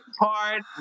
hard